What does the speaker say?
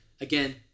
again